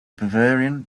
bavarian